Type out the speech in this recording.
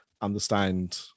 understand